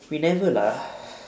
we never lah